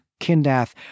Kindath